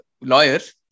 lawyers